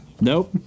Nope